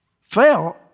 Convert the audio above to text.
Fell